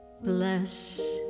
bless